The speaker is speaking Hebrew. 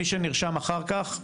מי שנרשם אחר כך,